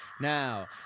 Now